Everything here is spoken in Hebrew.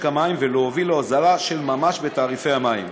המים ולהוביל להורדה של ממש בתעריפי המים.